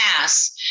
ass